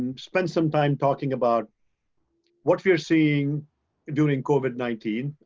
spend some time talking about what you're seeing during covid nineteen.